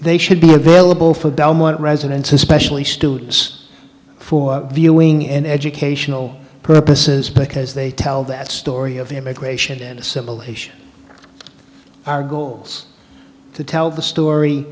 they should be available for belmont residents especially students for viewing in educational purposes because they tell that story of the immigration and assimilation our goals to tell the story